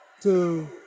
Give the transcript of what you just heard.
two